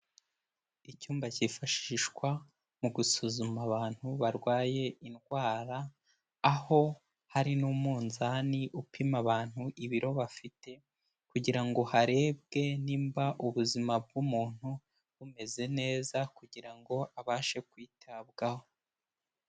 Icyumba cyifashishwa mu gusuzuma abantu barwaye indwara, aho hari n'umunzani upima abantu ibiro bafite, kugira ngo harebwe nimba ubuzima bw'umuntu bumeze neza, kugira ngo abashe kwitabwaho.